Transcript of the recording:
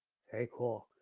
very cool.